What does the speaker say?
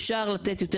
אפשר לתת יותר